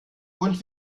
und